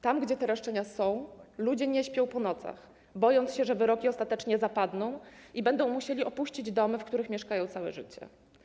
Tam gdzie te roszczenia są, ludzie nie śpią po nocach, bojąc się, że wyroki ostatecznie zapadną i będą musieli opuścić domy, w których mieszkają całe życie.